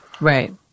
Right